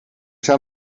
staan